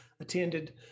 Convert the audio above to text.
attended